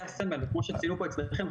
כמו שציינו פה אצלכם,